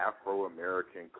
Afro-American